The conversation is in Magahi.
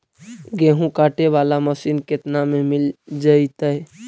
गेहूं काटे बाला मशीन केतना में मिल जइतै?